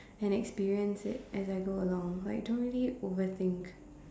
and experiences as I go along like don't really overthink